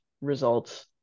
results